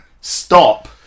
stop